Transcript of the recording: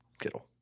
Kittle